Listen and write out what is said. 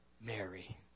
Mary